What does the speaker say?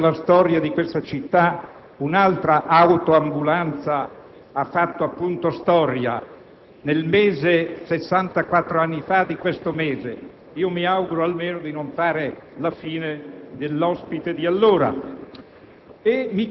(è vero che, nella storia di questa città, un'altra autoambulanza ha fatto - appunto - storia, 64 anni fa, in questo stesso mese; mi auguro almeno di non fare la fine dell'ospite di allora)